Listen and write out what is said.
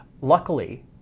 Luckily